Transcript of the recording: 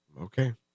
Okay